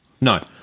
No